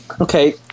Okay